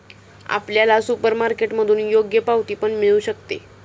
आपल्याला सुपरमार्केटमधून योग्य पावती पण मिळू शकते